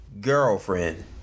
girlfriend